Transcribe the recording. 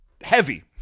heavy